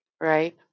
Right